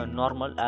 normal